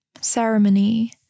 ceremony